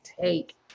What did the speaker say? take